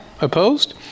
Opposed